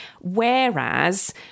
whereas